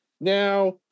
Now